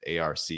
ARC